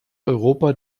europa